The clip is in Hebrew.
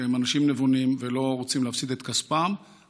שהם אנשים נבונים ולא רוצים להפסיד את כספם,